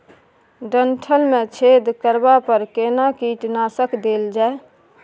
डंठल मे छेद करबा पर केना कीटनासक देल जाय?